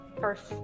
first